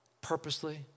purposely